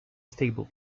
stable